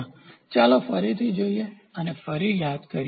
તેથી ચાલો ફરી જોઈએ અને ફરી યાદ કરીએ